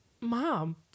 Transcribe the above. mom